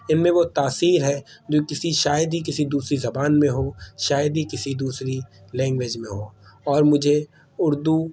ان میں وہ تاثیر ہے جو کسی شاید ہی کسی دوسری زبان میں ہو شاید ہی کسی دوسری لینگویج میں ہو اور مجھے اردو